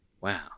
wow